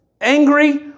angry